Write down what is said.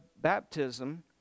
baptism